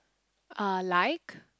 uh like